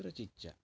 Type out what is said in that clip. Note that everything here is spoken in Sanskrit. कुत्रचित् च